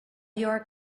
your